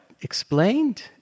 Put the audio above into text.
explained